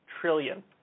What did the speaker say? trillion